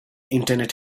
internet